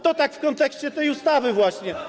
To tak w kontekście tej ustawy właśnie było.